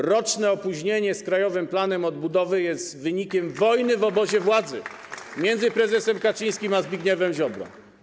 Roczne opóźnienie z Krajowym Planem Odbudowy jest wynikiem wojny w obozie władzy między prezesem Kaczyńskim a Zbigniewem Ziobrą.